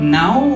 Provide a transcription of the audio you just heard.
now